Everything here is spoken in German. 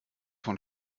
von